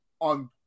on